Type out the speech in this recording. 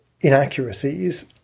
inaccuracies